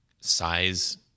size